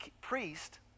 priest